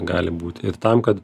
gali būti ir tam kad